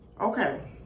Okay